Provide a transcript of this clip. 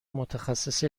متخصص